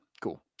cool